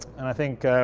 and i think